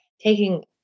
taking